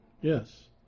Yes